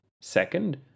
Second